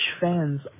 fans